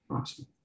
Awesome